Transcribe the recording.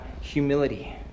humility